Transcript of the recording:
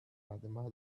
fatima